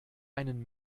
einen